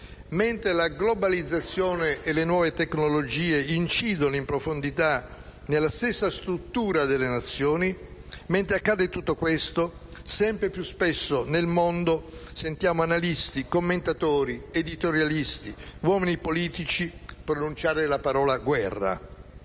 mentre la globalizzazione e le nuove tecnologie incidono in profondità nella stessa struttura delle Nazioni, mentre accade tutto questo, sempre più spesso nel mondo sentiamo analisti, commentatori, editorialisti e uomini politici pronunciare la parola «guerra».